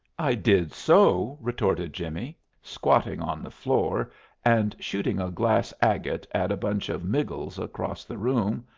i did so! retorted jimmie, squatting on the floor and shooting a glass agate at a bunch of miggles across the room.